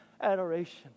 adoration